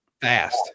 fast